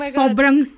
sobrang